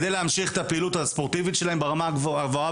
כדי להמשיך את הפעילות הספורטיבית שלהם ברמה הגבוהה